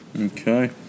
Okay